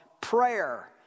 Prayer